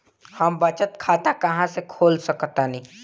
हम बचत खाता कहां खोल सकतानी?